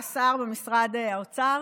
השר במשרד האוצר,